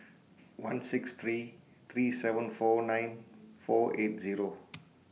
one six three three seven four nine four eight Zero